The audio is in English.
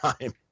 time